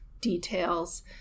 details